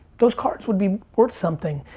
those cards would be worth something.